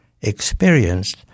experienced